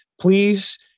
Please